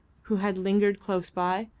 who had lingered close by.